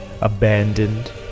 abandoned